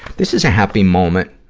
this is a happy moment,